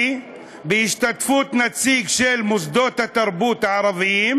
בהשתתפות נציג של מוסדות התרבות הערביים.